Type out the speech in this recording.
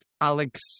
Alex